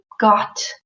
got